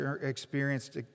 experienced